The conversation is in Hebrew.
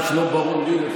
מה שלא ברור לי,